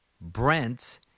Brent